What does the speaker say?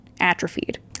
atrophied